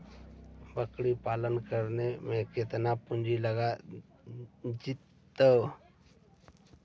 बकरी पालन करे ल केतना पुंजी लग जितै?